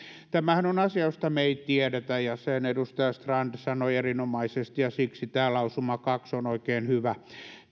tämähän on asia josta me emme tiedä ja sen edustaja strand sanoi erinomaisesti ja siksi tämä lausuma kaksi on oikein hyvä